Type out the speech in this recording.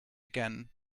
again